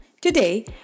Today